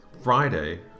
Friday